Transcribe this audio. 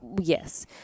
Yes